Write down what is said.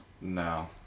No